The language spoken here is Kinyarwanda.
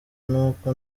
n’uko